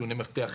נתוני מפתח).